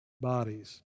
bodies